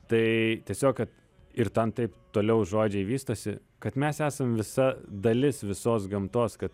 tai tiesiog kad ir ten taip toliau žodžiai vystosi kad mes esam visa dalis visos gamtos kad